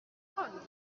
hano